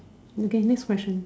okay next question